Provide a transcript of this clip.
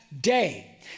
day